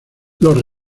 los